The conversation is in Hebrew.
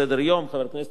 חבר הכנסת יורי שטרן,